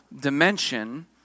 dimension